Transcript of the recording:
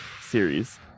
series